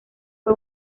fue